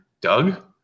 Doug